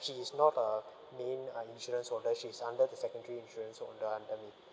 she is not the main uh insurance holder she's under the secondary insurance holder under me